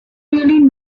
really